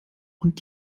und